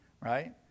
right